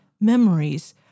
memories